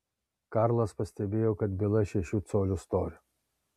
karlas pastebėjo kad byla šešių colių storio